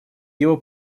его